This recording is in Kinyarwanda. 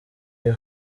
iyo